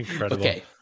Okay